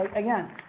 again,